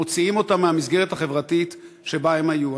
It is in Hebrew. מוציאים אותם מהמסגרת החברתית שבה הם היו.